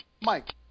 Mike